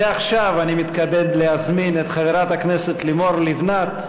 ועכשיו אני מתכבד להזמין את חברת הכנסת לימור לבנת,